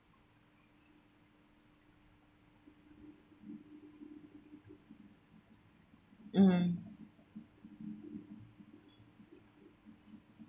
mm